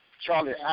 Charlie